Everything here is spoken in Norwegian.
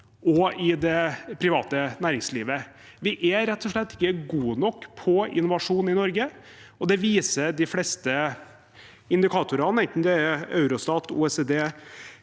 og i det private næringslivet. Vi er rett og slett ikke gode nok på innovasjon i Norge, og det viser de fleste indikatorene, enten det er Eurostat, OECD